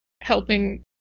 Helping